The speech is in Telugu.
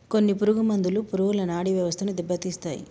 కొన్ని పురుగు మందులు పురుగుల నాడీ వ్యవస్థను దెబ్బతీస్తాయి